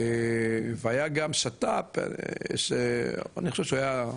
והיה גם שת"פ שאני חושב שהוא היה,